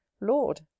Lord